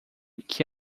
que